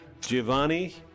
Giovanni